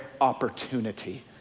opportunity